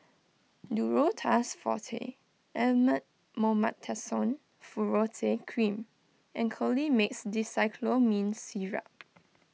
Duro Tuss Forte Elomet Mometasone Furoate Cream and Colimix Dicyclomine Syrup